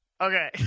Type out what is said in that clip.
Okay